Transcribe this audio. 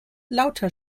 lauter